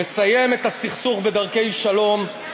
לסיים את הסכסוך בדרכי שלום,